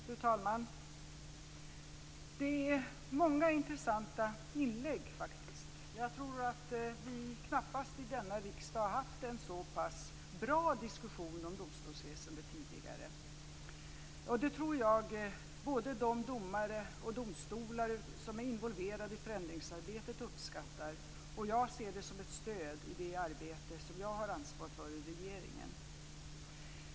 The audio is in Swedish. Fru talman! Det är faktiskt många intressanta inlägg. Jag tror knappast att vi i denna riksdag har haft en så pass bra diskussion om domstolsväsendet tidigare. Det tror jag att både de domare och de domstolar som är involverade i förändringsarbetet uppskattar, och jag ser det som ett stöd i det arbete som jag har ansvar för i regeringen.